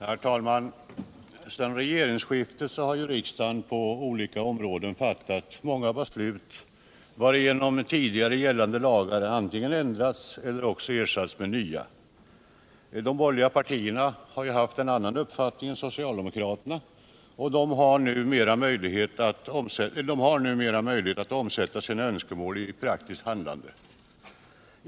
Herr talman! Sedan regeringsskiftet har riksdagen på olika områden fattat många beslut varigenom tidigare gällande lagar antingen ändrats eller också ersatts med nya. De borgerliga partierna har en annan uppfattning än socialdemokraterna och har numera möjlighet att omsätta sina önskemål i praktiskt handlande.